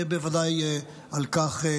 בוודאי דובר על כך.